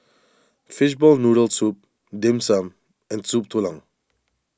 Fishball Noodle Soup Dim Sum and Soup Tulang